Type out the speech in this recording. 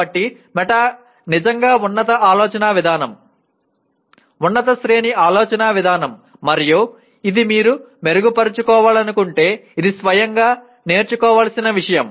కాబట్టి మెటా నిజంగా ఉన్నత ఆలోచనా విధానం ఉన్నత శ్రేణి ఆలోచనా విధానం మరియు ఇది మీరు మెరుగుపరుచుకోవాలనుకుంటే ఇది స్వయంగా నేర్చుకోవలసిన విషయం